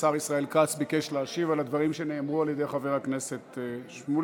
השר ישראל כץ ביקש להשיב על הדברים שאמר חבר הכנסת שמולי,